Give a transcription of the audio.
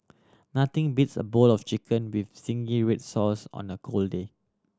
nothing beats a bowl of chicken with zingy red sauce on the cold day